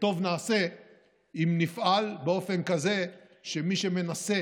וטוב נעשה אם נפעל באופן כזה שמי שמנסה